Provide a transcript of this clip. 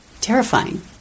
terrifying